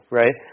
right